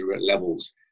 levels